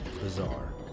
bizarre